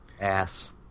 ass